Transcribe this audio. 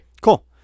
Cool